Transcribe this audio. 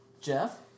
Jeff